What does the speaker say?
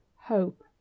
hope